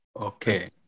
Okay